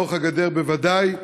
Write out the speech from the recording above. לאורך הגדר בוודאי.